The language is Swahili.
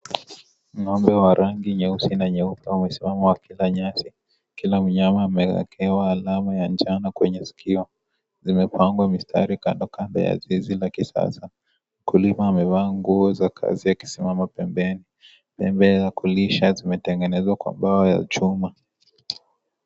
Ng'ombe wa rangi nyeusi na nyeupe wamesimama wakila nyasi, kila mnyama amewekewa alama ya njano kwenye sikio, zimepangwa misitari kandokando ya zizi la kisasa, mkulima amevaa nguo za kazi akisimama pembeni, pembe za kulisha zimetengenezwa kwa mbao ya chuma .